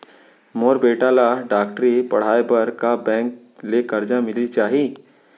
मोर बेटा ल डॉक्टरी पढ़ाये बर का बैंक ले करजा मिलिस जाही?